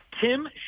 Tim